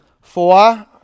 Four